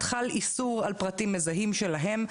חל איסור על פרטים מזהים שלהם,